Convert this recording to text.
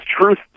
truth